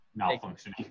malfunctioning